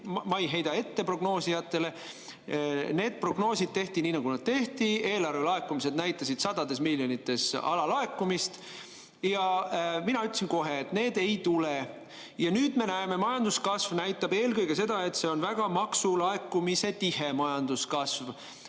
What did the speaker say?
ma ei heida ette prognoosijatele. Need prognoosid tehti nii, nagu nad tehti, eelarvelaekumised näitasid sadades miljonites alalaekumist. Mina ütlesin kohe, et neid ei tule. Nüüd me näeme, majanduskasv näitab eelkõige seda, et see on väga maksulaekumistihe majanduskasv.